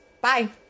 Bye